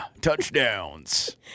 touchdowns